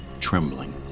trembling